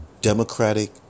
Democratic